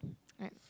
right